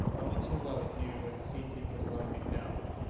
only too well he knew where the tzetzy could alone be found.